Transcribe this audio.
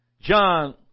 John